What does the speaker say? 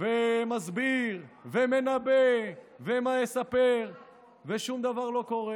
ומסביר ומנבא ומספר ושום דבר לא קורה.